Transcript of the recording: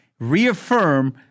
reaffirm